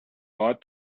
ought